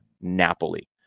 Napoli